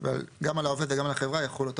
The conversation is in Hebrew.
כך שגם על העובד וגם על החברה יחול אותו